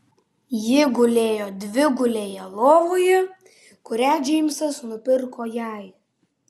ji gulėjo dvigulėje lovoje kurią džeimsas nupirko jai